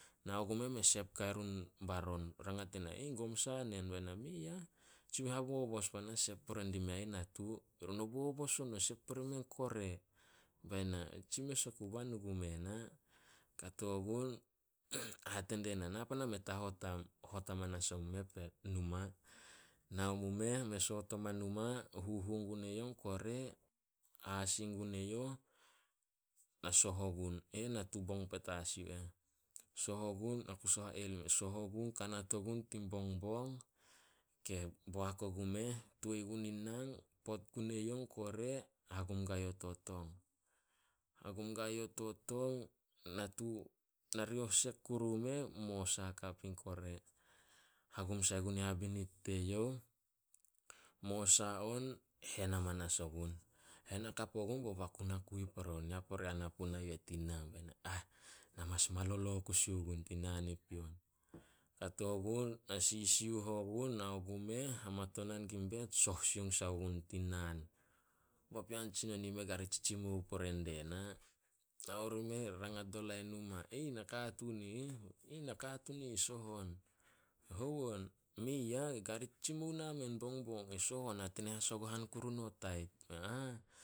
Nao gumeh me sep guai run baron. Rangat die na, "Gom sa nen?" Be na, "Mei ah, tsi habobos panas sep pore dimea ih natu." Be ru, "No bobos on. No sep pore mei in kore." Be na, "Tsi mes oku bah nu gume na." Hate die na, "Na pan ameh ta hot am." Hot amanas omu meh numa. Nao mu meh, me soot omai numa, huhu gun eyouh kore, hasi gun eyouh. Na soh ogun, e eh natu bong petas yu eh. Soh ogun, na ku soh ha eli mes. Soh ogun, kanat ogun tin bongbong, boak ogu meh, toi gun in nang, pot gun eyouh kore, hagum guai youh to tong. Hagum guai youh to tong narioh sek kuru o meh, mosa hakap in kore. Hagum sai gun in habinit teyouh. Mosa on, hen amanas ogun. Hen hakap ogun, bao baku na kui pore on ya pore ana puna yu eh tin naan. Be na, ah, na mas malolo kusi ogun tin naan i pion kato gun na sisiuh ogun, nao gumeh, hamatonan gun in bet soh soung sai gun tin naan. Papean tsinon i ih me kari tsitsimou pore dia na. Nao rimeh rangat do lain numa, "Nakatuun i ih." "Nakatuun ih soh on." "Hou on?" "Mei ah, e kare tsitsimou na men bongbong." "E soh on, hate ne Hasagohan kuru no tait."